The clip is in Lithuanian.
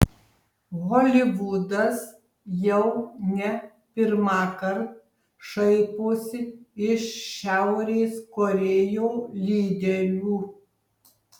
holivudas jau ne pirmąkart šaiposi iš šiaurės korėjo lyderių